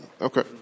Okay